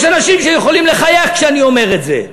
יש אנשים שיכולים לחייך כשאני אומר את זה.